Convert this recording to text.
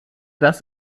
das